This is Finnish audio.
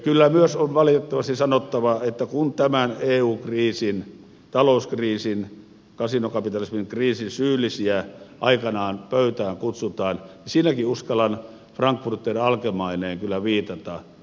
kyllä myös on valitettavasti sanottava että kun tämän eun kriisin talouskriisin kasinokapitalismin kriisin syyllisiä aikanaan pöytään kutsutaan niin siinäkin uskallan frankfurter allgemeineen kyllä viitata